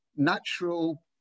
natural